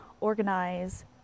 organize